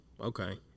Okay